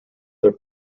their